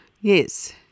Yes